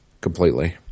completely